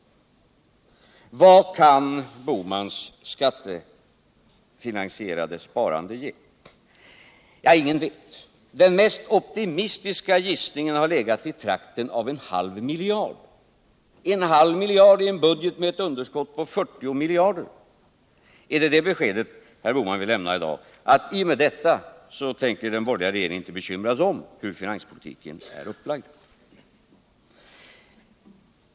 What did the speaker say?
Vad kan herr Bohmans skattefinansierade sparande ge? Ingen vet. Den mest optimistiska gissningen har legat i trakten av en halv miljard — i en budget med ett underskott på 40 miljarder! Är det det beskedet herr Bohman vill lämna i dag, att i och med detta tänker den borgerliga regeringen inte bekymra sig om hur finanspolitiken är upplagd?